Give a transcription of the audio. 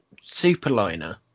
superliner